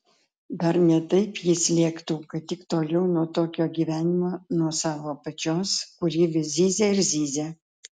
dar ne taip jis lėktų kad tik toliau nuo tokio gyvenimo nuo savo pačios kuri vis zyzia ir zyzia